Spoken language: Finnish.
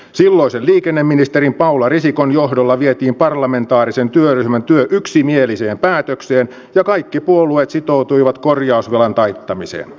silloisen liikenneministerin paula risikon johdolla vietiin parlamentaarisen työryhmän työ yksimieliseen päätökseen ja kaikki puolueet sitoutuivat korjausvelan taittamiseen